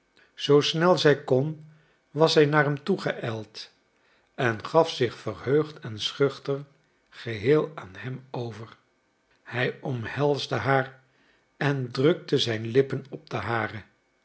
zoo snel zij kon was zij naar hem toegeijld en gaf zich verheugd en schuchter geheel aan hem over hij omhelsde haar en drukte zijn lippen op de hare